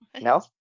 No